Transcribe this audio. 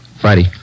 Friday